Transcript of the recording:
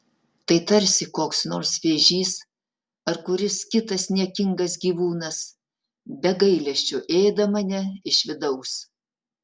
tai tarsi koks nors vėžys ar kuris kitas niekingas gyvūnas be gailesčio ėda mane iš vidaus